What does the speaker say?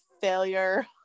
failure